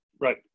Right